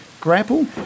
grapple